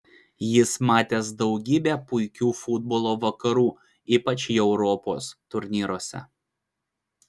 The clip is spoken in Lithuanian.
jis matęs daugybę puikių futbolo vakarų ypač europos turnyruose